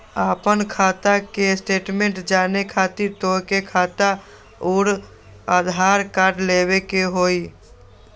आपन खाता के स्टेटमेंट जाने खातिर तोहके खाता अऊर आधार कार्ड लबे के होइ?